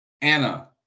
Anna